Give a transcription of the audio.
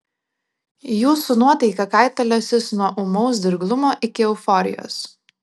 jūsų nuotaika kaitaliosis nuo ūmaus dirglumo iki euforijos